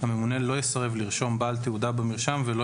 הממונה לא יסרב לרשום בעל תעודה במרשם ולא